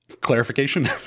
clarification